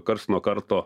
karts nuo karto